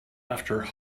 after